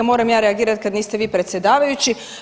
Moram ja reagirat kad niste vi predsjedavajući.